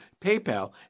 PayPal